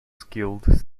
skilled